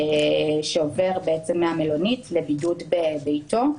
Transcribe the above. שעובר מהמלונית לבידוד בביתו,